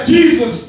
Jesus